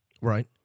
Right